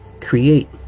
Create